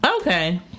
okay